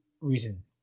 reason